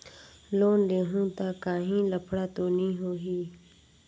Loan लेहूं ता काहीं लफड़ा तो नी होहि?